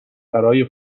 برای